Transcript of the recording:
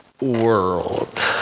world